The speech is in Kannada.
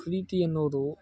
ಪ್ರೀತಿ ಅನ್ನೋದು